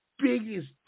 Biggest